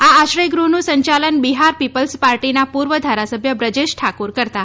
આ આશ્રયગૃહનું સંચાલન બિહાર પિપ્લસ પાર્ટીના પૂર્વ ધારાસભ્ય બ્રજેશ ઠાકુર કરતા હતા